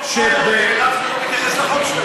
זה קשור להצעת החוק?